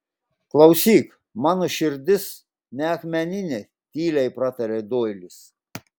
klausyk mano širdis ne akmeninė tyliai pratarė doilis